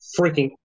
freaking